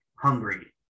hungry